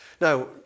now